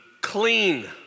clean